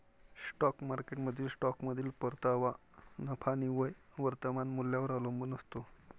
stock मार्केटमधील स्टॉकमधील परतावा नफा निव्वळ वर्तमान मूल्यावर अवलंबून असतो